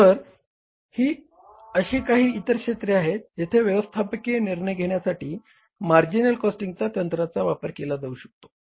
तर ही अशी काही इतर क्षेत्रे आहेत जेथे व्यवस्थापकीय निर्णय घेण्यासाठी मार्जिनल कॉस्टिंगच्या तंत्राचा वापर केला जाऊ शकतो